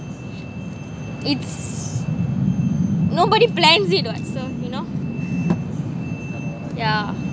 it's nobody plans it [what] so you know yeah